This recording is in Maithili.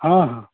हँ हँ